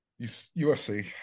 USC